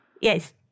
Yes